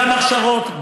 גם הכשרות,